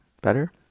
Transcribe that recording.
Better